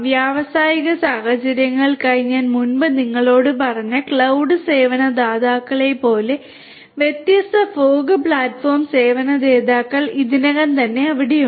വ്യാവസായിക സാഹചര്യങ്ങൾക്കായി ഞാൻ മുമ്പ് നിങ്ങളോട് പറഞ്ഞ ക്ലൌഡ് സേവന ദാതാക്കളെപ്പോലെ വ്യത്യസ്ത ഫോഗ് പ്ലാറ്റ്ഫോം സേവനദാതാക്കൾ ഇതിനകം അവിടെയുണ്ട്